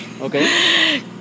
Okay